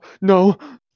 no